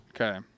Okay